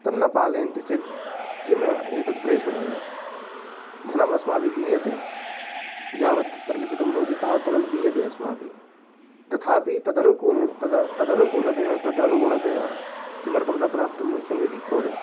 तन्न पालयन्ति चेत् किम् एतत् प्रेषणेन धनम् अस्माभिः दीयते यावत् तत्र लिखितं भवति तावत् धनं दीयते अस्माभिः तथापि तदनुकूलं तद् तदनुकूलतया तदनुगुणतया किमर्थं न प्राप्तं मह्यम् एतत् प्रोडक्ट्